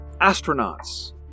astronauts